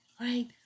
right